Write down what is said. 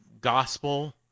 gospel